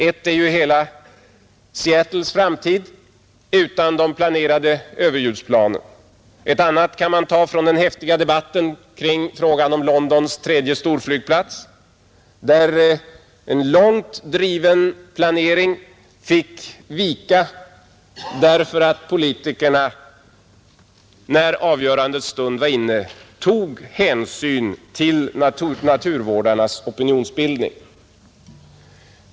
Ett är hela Seattles framtid utan de planerade överljudsplanen. Ett annat kan man ta från den häftiga debatten kring frågan om Londons tredje storflygplats, där en långt driven planering fick vika därför att politikerna, när avgörandets stund var inne, tog hänsyn till naturvårdarnas opinionsbildning.